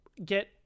get